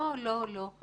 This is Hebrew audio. לא, לא.